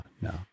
no